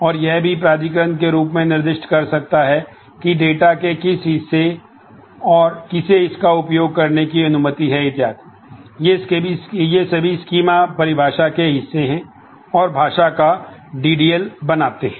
और यह भी प्राधिकरण के रूप में निर्दिष्ट कर सकता है की डेटा के किस हिस्से और किसे इसका उपयोग करने की अनुमति है इत्यादि ये सभी स्कीमा परिभाषा के हिस्से हैं और भाषा का डीडीएल बनाते हैं